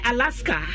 Alaska